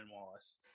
Wallace